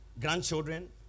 grandchildren